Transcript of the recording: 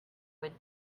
would